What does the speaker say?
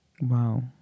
Wow